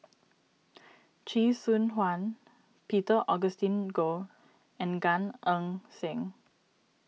Chee Soon Juan Peter Augustine Goh and Gan Eng Seng